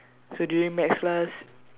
so during maths class